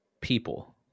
people